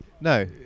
no